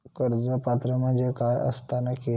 कर्ज पात्र म्हणजे काय असता नक्की?